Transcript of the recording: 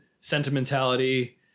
sentimentality